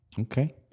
okay